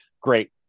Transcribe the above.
great